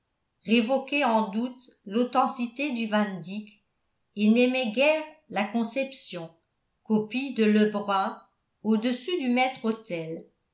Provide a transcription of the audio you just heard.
révoquait en doute l'authenticité du van dyck et n'aimait guère la conception copie de le brun au-dessus du